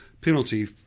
penalty